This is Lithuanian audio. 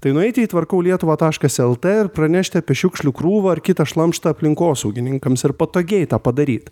tai nueiti į tvarkau lietuvą taškas lt ir pranešti apie šiukšlių krūvą ar kitą šlamštą aplinkosaugininkams ir patogiai tą padaryt